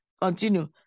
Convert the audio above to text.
Continue